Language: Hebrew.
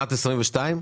לשנת 2022?